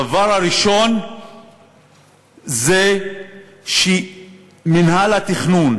הדבר הראשון זה שמינהל התכנון